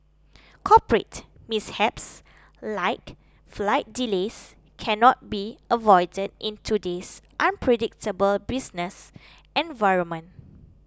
corporate mishaps like flight delays cannot be avoided in today's unpredictable business environment